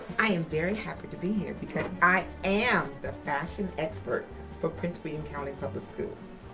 i am very happy to be here because i am the fashion expert for prince william county public schools.